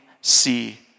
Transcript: see